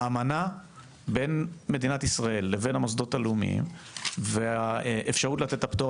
האמנה בין מדינת ישראל לבין המוסדות הלאומיים והאפשרות לתת את הפטור,